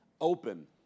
Open